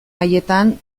haietan